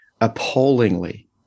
appallingly